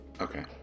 Okay